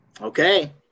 Okay